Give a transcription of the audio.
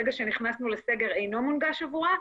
ברגע שנכנסנו לסגר אינו מונגש עבורה,